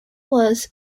was